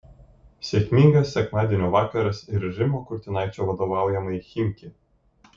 sėkmingas sekmadienio vakaras ir rimo kurtinaičio vadovaujamai chimki